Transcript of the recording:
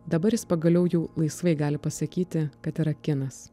dabar jis pagaliau jau laisvai gali pasakyti kad yra kinas